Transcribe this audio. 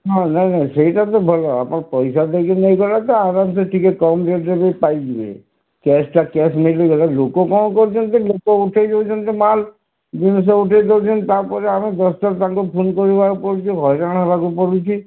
ହଁ ନାଇଁ ନାଇଁ ସେଇଟା ତ ଭଲ ଆପଣ ପଇସା ଦେଇକି ନେଇଗଲା ତ ଆରାମସେ ଟିକେ କମ୍ ରେଟ୍ରେ ବି ପାଇଯିବେ କ୍ୟାସ୍ଟା କ୍ୟାସ୍ ମିଳିଗଲା ଲୋକ କ'ଣ କରୁନ୍ତି ଲୋକ ଉଠେଇ ଦେଉଛନ୍ତି ମାଲ ଜିନିଷ ଉଠେଇ ଦିଅନ୍ତି ତାପରେ ଆମେ ଦଶଥର ତାଙ୍କୁ ଫୋନ୍ କରିବାକୁ ପଡୁଛି ହଇରାଣ ହେବାକୁ ପଡୁଛି